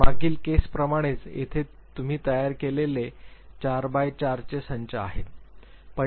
तर मागील केसप्रमाणेच येथे तुम्ही तयार केलेले 4 4 चंक्स आहेत